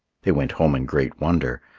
they went home in great wonder,